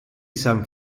san